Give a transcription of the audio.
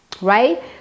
right